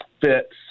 fits